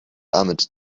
ahmed